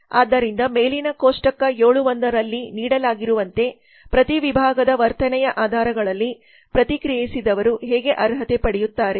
ಆದ್ದರಿಂದ ಮೇಲಿನ ಕೋಷ್ಟಕ 7 1 ರಲ್ಲಿ ನೀಡಲಾಗಿರುವಂತೆ ಪ್ರತಿ ವಿಭಾಗದ ವರ್ತನೆಯ ಆಧಾರಗಳಲ್ಲಿ ಪ್ರತಿಕ್ರಿಯಿಸಿದವರು ಹೇಗೆ ಅರ್ಹತೆ ಪಡೆಯುತ್ತಾರೆ